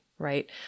right